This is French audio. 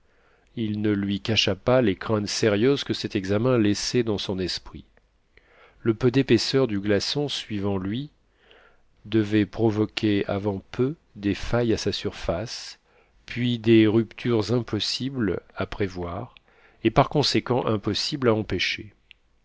il ne lui cacha pas les craintes sérieuses que cet examen laissait dans son esprit le peu d'épaisseur du glaçon suivant lui devait provoquer avant peu des failles à sa surface puis des ruptures impossibles à prévoir et par conséquent impossibles à empêcher